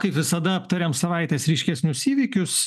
kaip visada aptariam savaitės ryškesnius įvykius